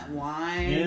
wine